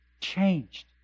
changed